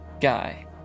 Guy